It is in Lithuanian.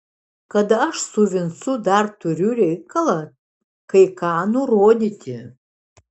kad aš su vincu dar turiu reikalą kai ką nurodyti